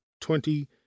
twenty